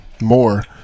more